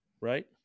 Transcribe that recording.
right